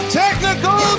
technical